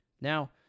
Now